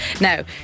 now